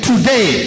Today